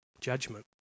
judgment